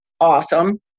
Awesome